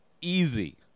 easy